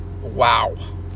wow